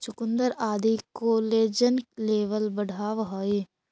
चुकुन्दर आदि collagen level बढ़ावऽ हई